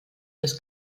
des